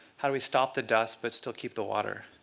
how do we stop the dust but still keep the water?